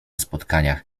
spotkaniach